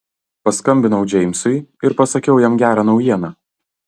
paskambinau džeimsui ir pasakiau jam gerą naujieną